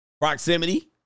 Proximity